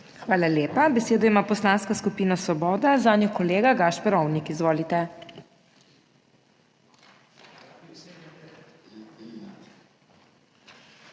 Hvala lepa. Besedo ima Poslanska skupina Svoboda, zanjo kolega Gašper Ovnik. Izvolite.